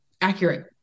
accurate